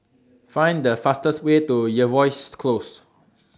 Find The fastest Way to Jervois Close